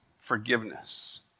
forgiveness